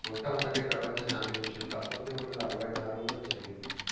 మొట్టమొదటి ప్రపంచ ఛాంపియన్షిప్ పంతొమ్మిది వందల అరవై నాలుగులో జరిగింది